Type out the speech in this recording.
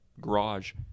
garage